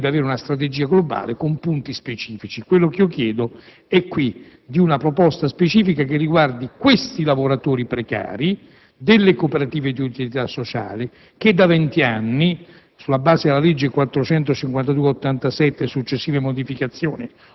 di salario sociale, di reddito di cittadinanza; tuttavia, converrebbe avere una strategia globale con punti specifici e precisi. Chiedo, in particolare, una proposta specifica che riguardi questi lavoratori precari delle cooperative di utilità sociale che da vent'anni,